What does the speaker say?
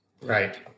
Right